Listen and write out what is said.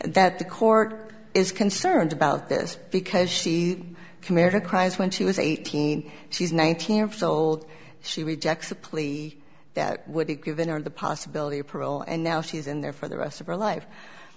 that the court is concerned about this because she committed crimes when she was eighteen she's nineteen years old she rejects a plea that would be given on the possibility of parole and now she's in there for the rest of her life